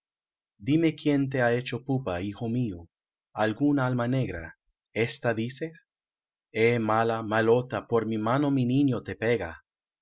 díme quien te ha hecho pupa hijo mío algún alma negra esta dices eh mala malota por mi mano mi niño te pega